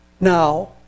Now